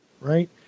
Right